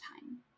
time